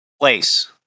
Place